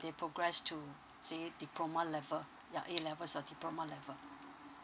they progress to say diploma level ya A levels or diploma level